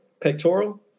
Pectoral